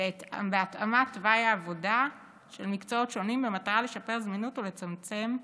ובהתאמת תוואי העבודה של מקצועות שונים במטרה לשפר זמינות ולצמצם שחיקה.